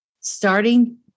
starting